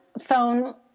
phone